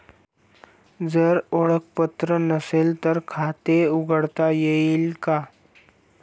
जर ओळखपत्र नसेल तर खाते उघडता येईल का?